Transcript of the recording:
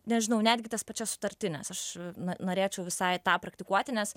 nežinau netgi tas pačias sutartines aš na norėčiau visai tą praktikuoti nes